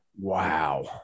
Wow